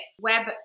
web